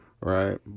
right